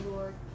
Lord